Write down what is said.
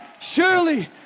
Surely